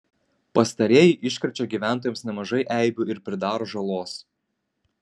pastarieji iškrečia gyventojams nemažai eibių ir pridaro žalos